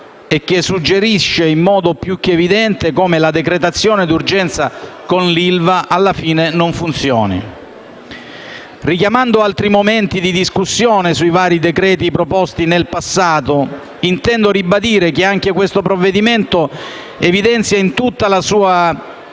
e che suggerisce, in modo più che evidente, come la decretazione di urgenza con l'ILVA alla fine non funzioni. Richiamando altri momenti di discussione sui vari decreti proposti nel passato, intendo ribadire che anche questo provvedimento evidenzia in tutta la sua